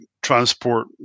transport